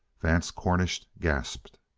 vance cornish gasped.